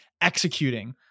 executing